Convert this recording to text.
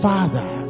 Father